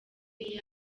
iyo